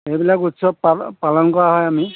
এইবিলাক উৎসৱ পালন কৰা হয় আমি